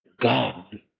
God